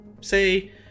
Say